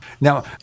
Now